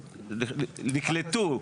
נקלטו,